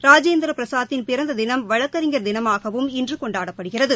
ராஜேந்திர பிரசாத்தின் பிறந்த தினம் வழக்கறிஞர் தினமாகவும் இன்று கொண்டாடப்படுகிறது